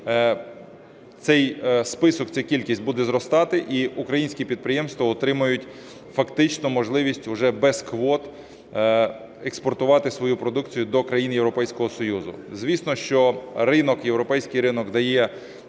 Цей список, ця кількість буде зростати і українські підприємства отримають фактично можливість уже без квот експортувати свою продукцію до країн Європейського Союзу. Звісно, що ринок, європейський ринок дає